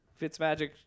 Fitzmagic